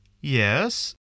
Yes